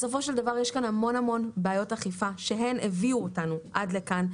בסופו של דבר יש כאן הרבה מאוד בעיות אכיפה שהביאו אותנו עד לכאן.